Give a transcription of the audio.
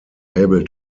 able